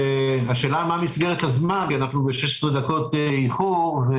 השאלה מה מסגרת הזמן כי אנחנו ב-16 דקות איחור.